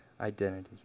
identity